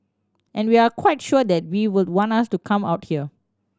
and we're quite sure that we would want us to come out here